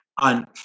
on